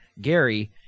Gary